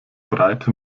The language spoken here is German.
breite